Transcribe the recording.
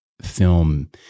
film